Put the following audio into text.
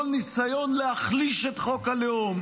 כל ניסיון להחליש את חוק הלאום